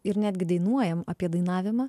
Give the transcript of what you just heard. ir netgi dainuojam apie dainavimą